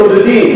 אתם שודדים,